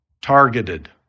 targeted